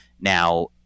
Now